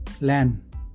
land